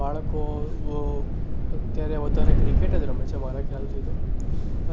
બાળકો વો અત્યારે વધારે ક્રિકેટ જ રમે છે મારા ખ્યાલથી તો